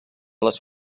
les